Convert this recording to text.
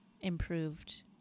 improved